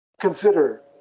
consider